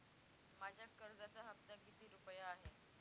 माझ्या कर्जाचा हफ्ता किती रुपये आहे?